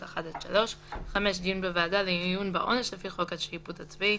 (1) עד (3); (5)דיון בוועדה לעיון בעונש לפי חוק השיפוט הצבאי,